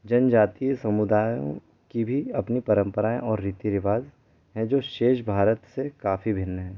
जनजातीय समुदायों की भी अपनी परम्पराएँ और रीति रिवाज हैं जो शेष भारत से काफ़ी भिन्न हैं